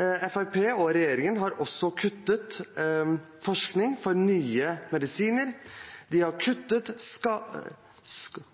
og regjeringen har også kuttet i forskning på nye medisiner, de har kuttet i